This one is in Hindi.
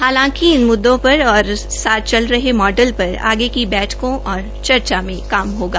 हालांकि इन मुद्दों पर और साथ चल कर रहे मॉडल पर आगे की बैठकों और चर्चा में काम होगा